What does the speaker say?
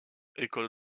école